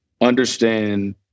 understand